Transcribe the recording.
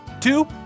two